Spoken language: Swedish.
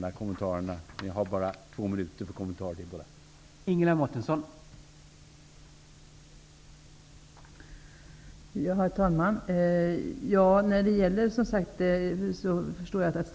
Jag återkommer gärna -- jag har bara två minuter för att ge kommentarer till båda frågeställarna.